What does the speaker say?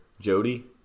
Jody